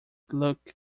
look